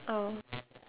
oh